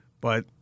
but-